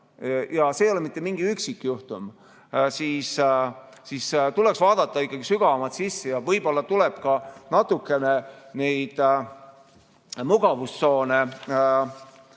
ja ei ole mitte mingi üksikjuhtum, siis tuleks vaadata ikkagi sügavamalt. Võib-olla tuleb ka natukene neid mugavustsoone